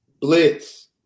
Blitz